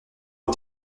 aux